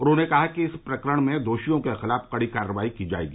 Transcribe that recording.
उन्होंने कहा कि इस प्रकरण में दोषियों के खिलाफ कड़ी कार्रवाई की जायेगी